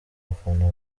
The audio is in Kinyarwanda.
bafana